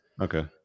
Okay